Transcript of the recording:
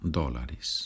dólares